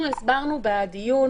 אנחנו הסברנו בדיון,